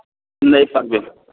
ନେଇ ପାରିବେ